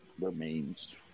remains